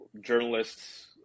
journalists